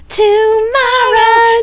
tomorrow